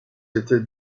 étaient